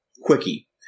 quickie